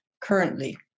currently